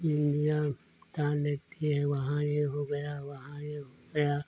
media बता देती है वहाँ यह हो गया वहाँ यह हो गया